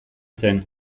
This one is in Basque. zen